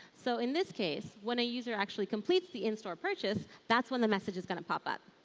so in this case, when a user actually completes the in-store purchase that's when the message is going to pop up.